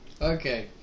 Okay